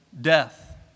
death